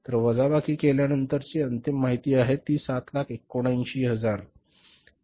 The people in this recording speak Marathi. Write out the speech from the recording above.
तर वजाबाकी केल्यानंतरची अंतिम माहिती किती आहे तर ही 779000 इतकी आहे